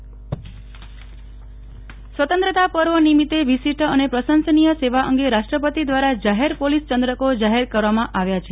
Nehal Thakkar police ચંદ્રકો સ્વતંત્રતા પર્વ નિમિત્તે વિશિષ્ટ અને પ્રશંસનીય સેવા અંગે રાષ્ટ્રપતિ દ્વારા જાહેર પોલીસ ચંદ્રકો જાહેર કરવામાં આવ્યા છે